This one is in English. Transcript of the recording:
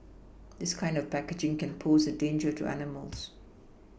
this kind of packaging can pose a danger to animals